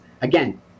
Again